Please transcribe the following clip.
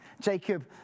Jacob